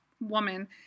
woman